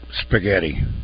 spaghetti